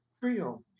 trio